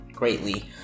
greatly